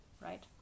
Right